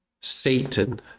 Satan